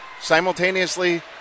Simultaneously